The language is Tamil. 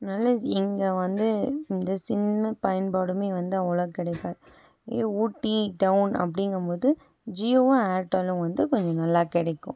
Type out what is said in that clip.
அதனால இங்கே வந்து எந்த சின்ன பயன்பாடுமே வந்து அவ்வளவா கிடைக்காது இங்கே ஊட்டி டவுன் அப்படிங்கும் போது ஜியோவும் ஏர்டெல்லும் வந்து கொஞ்சம் நல்லா கிடைக்கும்